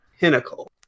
pinnacle